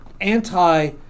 anti